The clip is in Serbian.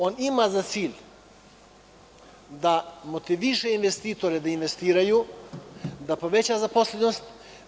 On ima za cilj da motiviše investitore da investiraju i da poveća zaposlenost.